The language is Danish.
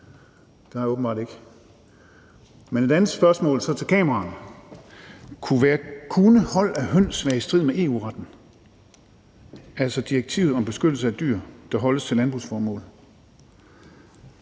det har jeg åbenbart ikke, men så et andet spørgsmål til kameraerne er: Kunne hold af høns være i strid med EU-retten, altså direktivet om beskyttelse af dyr, der holdes til landbrugsformål?